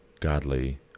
godly